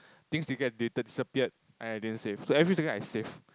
things you get deleted disappeared and I didn't save so every single time I save